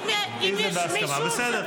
אם זה מקובל, אז בסדר.